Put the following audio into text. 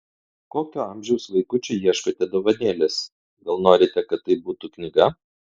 kokio amžiaus vaikučiui ieškote dovanėlės gal norite kad tai būtų knyga